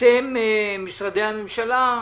אתם, משרדי הממשלה,